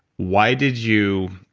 why did you,